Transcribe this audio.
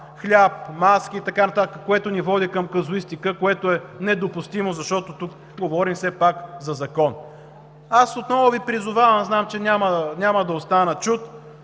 хляб, маски и така нататък, което ни води към казуистика, а това е недопустимо, защото тук все пак говорим за закон. Аз отново Ви призовавам – знам, че няма да остана чут,